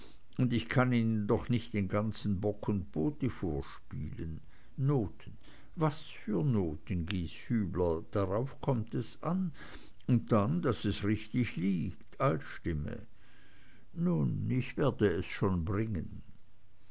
und ich kann ihnen doch nicht den ganzen bock und bote vorspielen noten was für noten gieshübler darauf kommt es an und dann daß es richtig liegt altstimme nun ich werde schon bringen